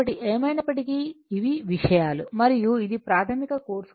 కాబట్టి ఏమైనప్పటికీ ఇవి విషయాలు మరియు ఇది ప్రాథమిక కోర్స్